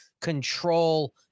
control